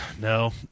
No